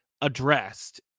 addressed